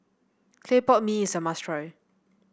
Clay Pot Mee is a must try